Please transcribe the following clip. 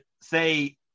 say